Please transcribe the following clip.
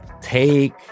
take